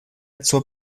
zur